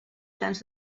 tants